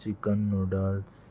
chicken noodles